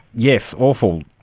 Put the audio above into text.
yes, awful,